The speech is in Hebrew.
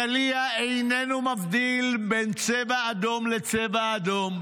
הקליע איננו מבדיל בין צבע אדום לצבע אדום.